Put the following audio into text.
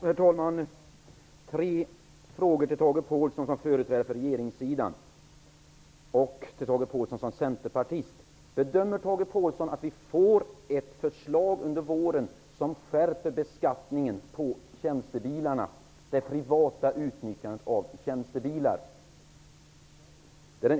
Herr talman! Jag vill ställa tre frågor till Tage För det första: Bedömer Tage Påhlsson att ett förslag kommer att läggas på riksdagens bord under våren, vilket innebär en skärpt beskattning på det privata utnyttjandet av tjänstebilar?